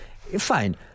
fine